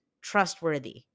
trustworthy